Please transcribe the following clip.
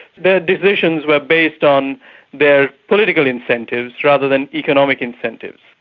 their decisions were based on their political incentives rather than economic incentives,